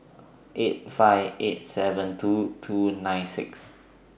eight five eight seven two two nine six